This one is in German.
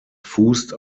fußt